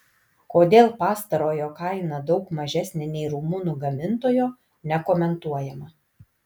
kodėl pastarojo kaina daug mažesnė nei rumunų gamintojo nekomentuojama